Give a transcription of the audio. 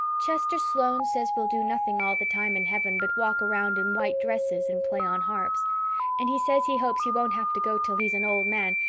chester sloane says we'll do nothing all the time in heaven but walk around in white dresses and play on harps and he says he hopes he won't have to go till he's an old man,